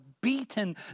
beaten